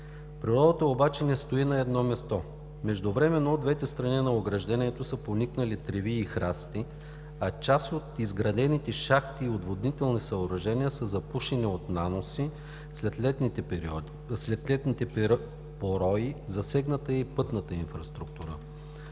Природата обаче не стои на едно място. Междувременно от двете страни на ограждението са поникнали треви и храсти, а част от изградените шахти и отводнителни съоръжения са запушени от наноси, след летните порои е засегната и пътната инфраструктура.